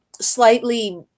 slightly